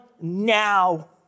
now